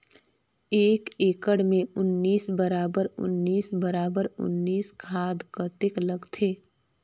एक एकड़ मे उन्नीस बराबर उन्नीस बराबर उन्नीस खाद कतेक लगथे?